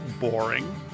boring